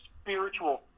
spiritual